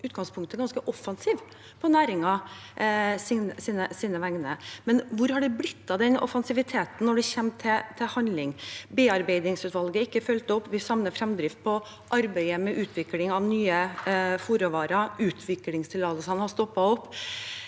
utgangspunktet ganske offensiv på næringens vegne. Men hvor har det blitt av den offensiviteten når det kommer til handling? Bearbeidingsutvalget er ikke fulgt opp, og vi savner fremdrift på arbeidet med utvikling av nye fôrråvarer. Utviklingstillatelsene har stoppet opp.